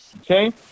okay